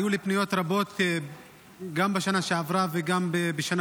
היו אליי פניות רבות גם בשנה שעברה וגם בשנה